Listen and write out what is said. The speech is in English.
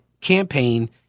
campaign